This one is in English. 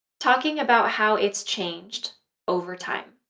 talking about how it's changed over time.